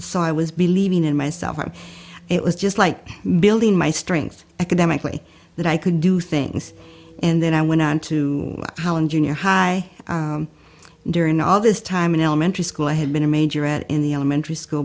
so i was believing in myself and it was just like building my strength academically that i could do things and then i went on to how in junior high during all this time in elementary school i had been a major at in the elementary school